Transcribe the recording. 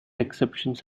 exceptions